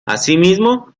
asimismo